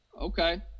Okay